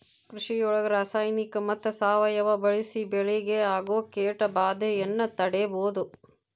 ಕೃಷಿಯೊಳಗ ರಾಸಾಯನಿಕ ಮತ್ತ ಸಾವಯವ ಬಳಿಸಿ ಬೆಳಿಗೆ ಆಗೋ ಕೇಟಭಾದೆಯನ್ನ ತಡೇಬೋದು